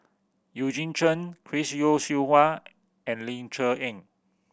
Eugene Chen Chris Yeo Siew Hua and Ling Cher Eng